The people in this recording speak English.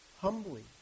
humbly